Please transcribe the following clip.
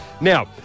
Now